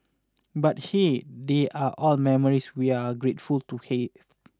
but hey they are all memories we're grateful to have